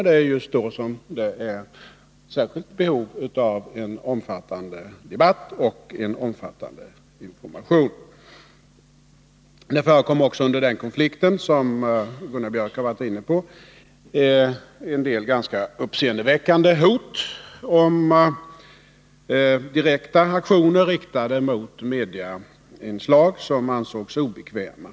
Det är just då som det finns ett särskilt behov av en omfattande debatt och omfattande information. Det förekom också under konflikten — vilket Gunnar Biörck i Värmdö har varit inne på — en del ganska uppseendeväckande hot om direkta aktioner riktade mot mediainslag som ansågs obekväma.